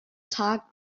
tag